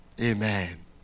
Amen